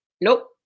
Nope